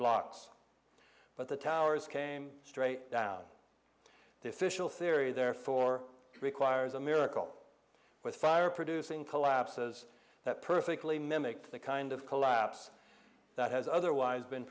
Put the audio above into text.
blocks but the towers came straight down the official theory therefore requires a miracle with fire producing collapses that perfectly mimic the kind of collapse that has otherwise been